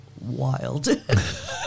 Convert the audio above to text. wild